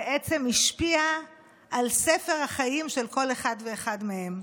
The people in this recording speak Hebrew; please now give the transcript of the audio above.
ובעצם השפיע על ספר החיים של כל אחד ואחד מהם.